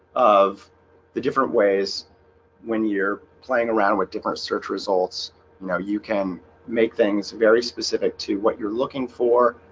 of the different ways when you're playing around with different search results now, you can make things very specific to what you're looking for